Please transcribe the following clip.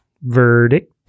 Verdict